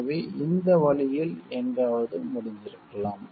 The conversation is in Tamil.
எனவே இந்த வழியில் எங்காவது முடிந்திருக்கலாம்